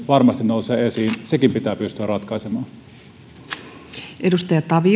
varmasti nousee esiin sekin pitää pystyä ratkaisemaan